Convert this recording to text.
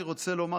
אני רוצה לומר,